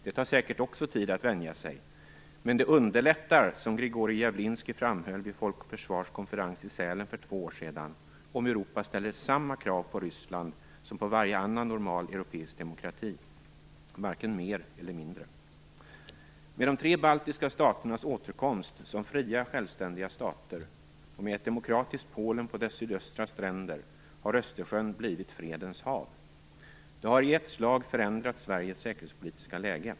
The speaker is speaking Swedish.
Det tar säkert tid att vänja sig, men det underlättar, som Grigorij Javlinskij framhöll vid Folk och Försvars konferens i Sälen för två år sedan, om Europa ställer samma krav på Ryssland som på varje annan normal europeisk demokrati - varken mer eller mindre. Med de tre baltiska staternas återkomst som fria självständiga stater och med ett demokratiskt Polen på dess sydöstra stränder har Östersjön blivit fredens hav. Det har i ett slag förändrat Sveriges säkerhetspolitiska läge.